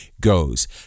goes